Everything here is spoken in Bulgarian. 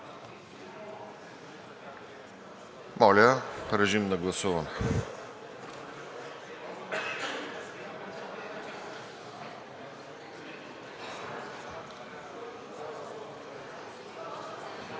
Моля, режим на прегласуване.